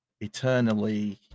eternally